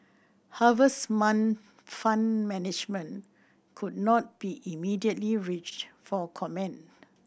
harvest mind Fund Management could not be immediately reached for comment